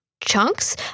chunks